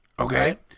Okay